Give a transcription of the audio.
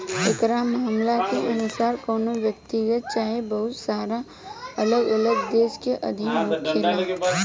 एकरा मामला के अनुसार कवनो व्यक्तिगत चाहे बहुत सारा अलग अलग देश के अधीन होखेला